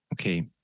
Okay